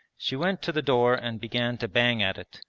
she went to the door and began to bang at it.